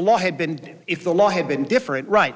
law had been if the law had been different right